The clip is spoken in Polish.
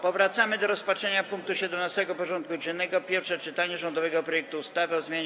Powracamy do rozpatrzenia punktu 17. porządku dziennego: Pierwsze czytanie rządowego projektu ustawy o zmianie